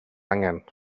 angen